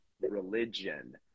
religion